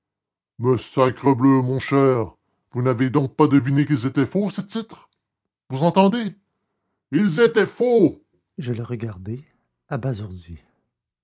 mais sacrebleu mon cher vous n'avez donc pas deviné qu'ils étaient faux ces titres vous entendez ils étaient faux je le regardai abasourdi